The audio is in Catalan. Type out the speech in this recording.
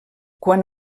quan